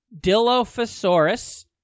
Dilophosaurus